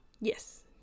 Yes